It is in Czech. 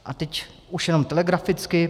A teď už jenom telegraficky.